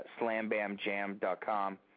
SlamBamJam.com